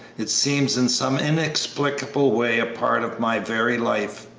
it seems in some inexplicable way a part of my very life!